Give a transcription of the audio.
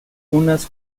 unas